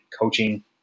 coaching